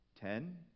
ten